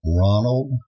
Ronald